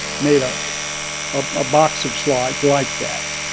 made ah a a box of slides like that.